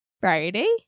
Friday